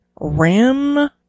ram